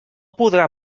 podrà